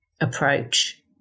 approach